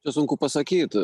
čia sunku pasakyt